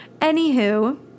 Anywho